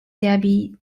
derby